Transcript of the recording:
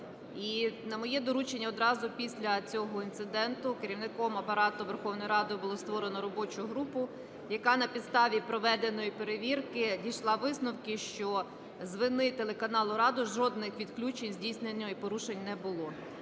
на моє доручення одразу після цього інциденту Керівником Апарату Верховної Ради було створено робочу групу, яка на підставі проведеної перевірки дійшла висновку, що з вини телеканалу "Рада" жодних відключень здійснено і порушень не було.